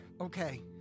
okay